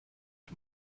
ich